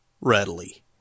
readily